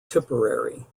tipperary